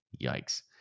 Yikes